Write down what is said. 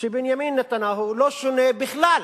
שבנימין נתניהו לא שונה בכלל